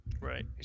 right